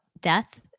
death